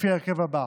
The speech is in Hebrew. לפי ההרכב הבא: